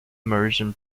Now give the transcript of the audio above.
immersion